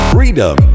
Freedom